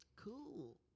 cool